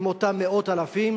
עם אותם מאות אלפים